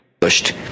Pushed